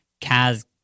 Kaz